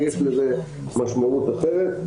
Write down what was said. יש לזה משמעות אחרת.